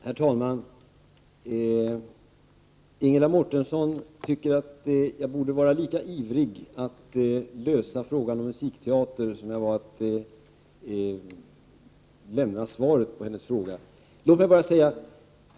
Herr talman! Ingela Mårtensson tycker att jag borde vara lika ivrig att lösa frågan om musikteatern som jag var att svara på hennes fråga.